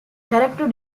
character